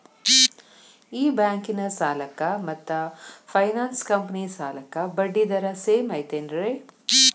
ಈ ಬ್ಯಾಂಕಿನ ಸಾಲಕ್ಕ ಮತ್ತ ಫೈನಾನ್ಸ್ ಕಂಪನಿ ಸಾಲಕ್ಕ ಬಡ್ಡಿ ದರ ಸೇಮ್ ಐತೇನ್ರೇ?